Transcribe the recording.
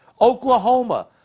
Oklahoma